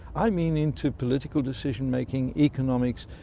i mean into political decision making, economics.